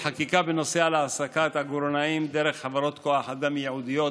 חקיקה בנוגע להעסקת עגורנאים דרך חברות כוח אדם ייעודיות,